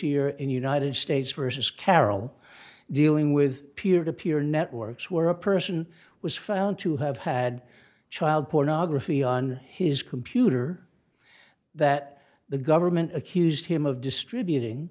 year in united states versus carroll dealing with peer to peer networks were a person was found to have had child pornography on his computer that the government accused him of distributing